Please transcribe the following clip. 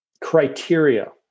criteria